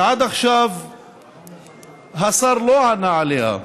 שעד עכשיו השר לא ענה עליה,